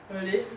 oh really